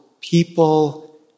people